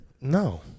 No